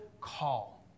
call